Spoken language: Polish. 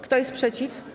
Kto jest przeciw?